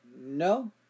No